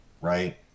right